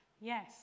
Yes